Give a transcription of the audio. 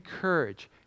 courage